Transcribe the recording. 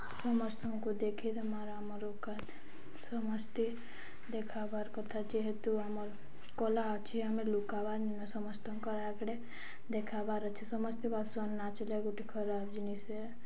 ସମସ୍ତଙ୍କୁ ଦେଖେଇଦେମା ଆର୍ ଆମର୍ ଔକାତ୍ ସମସ୍ତେ ଦେଖାବାର୍ କଥା ଯେହେତୁ ଆମର୍ କଲା ଅଛେ ଆମେ ଲୁକାବାରନିନ ସମସ୍ତଙ୍କ ଆଗ୍ଆଡ଼େ ଦେଖ୍ବାର୍ ଅଛେ ସମସ୍ତେ ଭାବ୍ସନ୍ ନାଚ୍ଲେ ଗୁଟେ ଖରାପ୍ ଜିନିଷ୍ ଏ